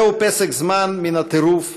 זהו פסק זמן מן הטירוף,